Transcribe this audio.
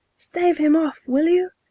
stave him off! will you?